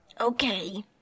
okay